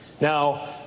Now